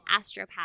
astropath